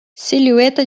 silhueta